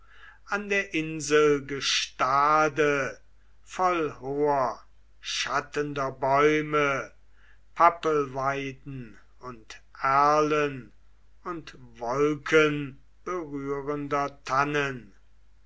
an der insel gestade voll hoher schattender bäume pappelweiden und erlen und wolkenberührende tannen